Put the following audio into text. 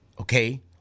Okay